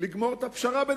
לגמור את הפשרה.